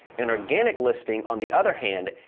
an organic listing, on the other hand,